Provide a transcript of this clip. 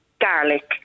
Garlic